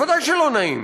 ודאי שלא נעים.